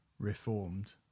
reformed